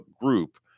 group